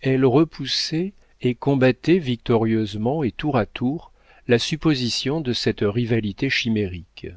elle repoussait et combattait victorieusement et tour à tour la supposition de cette rivalité chimérique